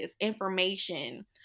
information